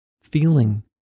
feeling